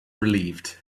relieved